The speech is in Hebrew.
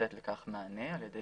לתת לכך מענה על ידי